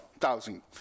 thousand